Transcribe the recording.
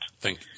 Thank